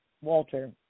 Walter